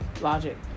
Logic